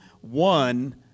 one